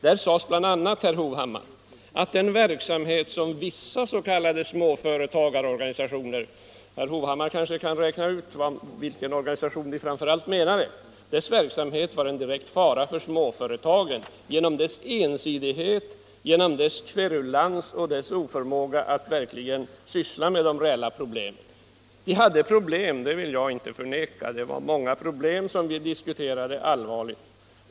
Där sades bl.a., herr Hovhammar, att den verksamhet som vissa s.k. småföretagarorganisationer — herr Hovhammar kanske kan räkna ut vilken organisation som framför allt avsågs — bedriver är en direkt fara för småföretagen på grund av ensidigheten i denna verksamhet, kverulansen och oförmågan att verkligen ta upp de reella problemen. Småföretagarna hade problem — det vill jag inte förneka. Det var många problem som vi allvarligt diskuterade.